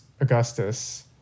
Augustus